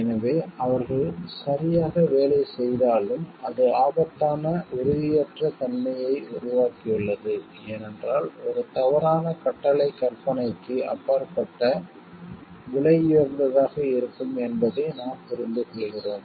எனவே அவர்கள் சரியாக வேலை செய்தாலும் அது ஆபத்தான உறுதியற்ற தன்மையை உருவாக்கியுள்ளது ஏனென்றால் ஒரு தவறான கட்டளை கற்பனைக்கு அப்பாற்பட்ட விலையுயர்ந்ததாக இருக்கும் என்பதை நாம் புரிந்துகொள்கிறோம்